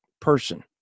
person